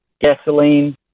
gasoline